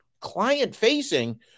client-facing